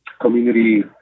community